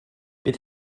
bydd